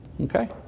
Okay